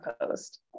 post